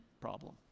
problem